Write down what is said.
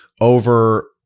over